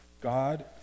God